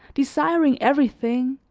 desiring everything,